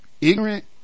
ignorant